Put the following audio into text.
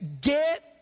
get